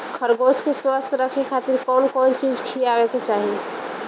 खरगोश के स्वस्थ रखे खातिर कउन कउन चिज खिआवे के चाही?